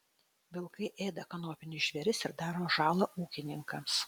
vilkai ėda kanopinius žvėris ir daro žalą ūkininkams